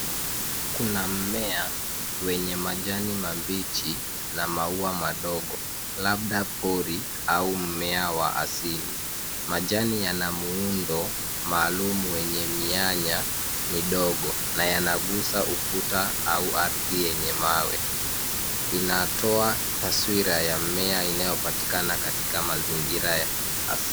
Kuna mmea wenye majani mabichi na maua madogo labda pori au mmea wa asili. Majani yana muundo maalum wenye mianya midogo na yanagusa ukuta au ardhi yenye mawe. Inatoa taswira ya mmea unaopatikana katika mazingira ya asili.